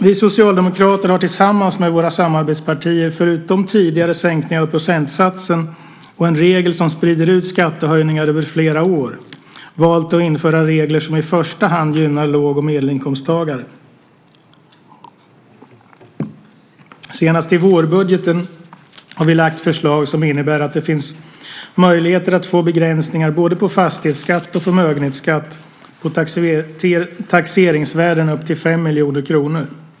Vi socialdemokrater har tillsammans med våra samarbetspartier förutom tidigare sänkningar av procentsatsen och en regel som sprider ut skattehöjningar över flera år valt att införa regler som i första hand gynnar låg och medelinkomsttagare. Senast i vårbudgeten lade vi fram förslag som innebär att det finns möjligheter att få begränsningar på både fastighetsskatt och förmögenhetsskatt på taxeringsvärden upp till 5 miljoner kronor.